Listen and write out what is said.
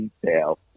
detail